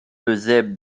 eusèbe